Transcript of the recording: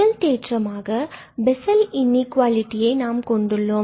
முதல் தேற்றமாக பெஸல் இன்இகுவாலிட்டியை நாம் கொண்டுள்ளோம்